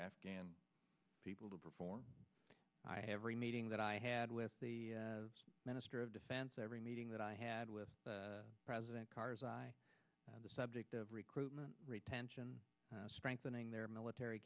afghan people to perform i every meeting that i had with the minister of defense every meeting that i had with president karzai on the subject of recruitment retention strengthening their military